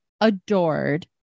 adored